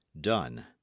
Done